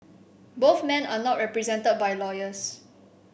both men are not represented by lawyers